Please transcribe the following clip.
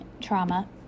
trauma